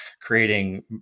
creating